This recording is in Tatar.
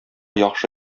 яхшы